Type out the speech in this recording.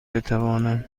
بتوانم